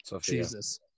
Jesus